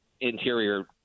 interior